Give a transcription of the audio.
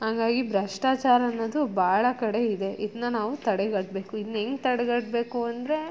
ಹಂಗಾಗಿ ಭ್ರಷ್ಟಾಚಾರ ಅನ್ನೋದು ಭಾಳ ಕಡೆ ಇದೆ ಇದನ್ನ ನಾವು ತಡೆಗಟ್ಟಬೇಕು ಇದ್ನ ಹೆಂಗ್ ತಡೆಗಟ್ಟಬೇಕು ಅಂದರೆ